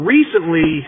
Recently